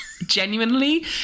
genuinely